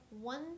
one